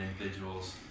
individuals